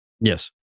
Yes